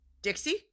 Dixie